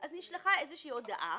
אז נשלחה איזושהי הודעה,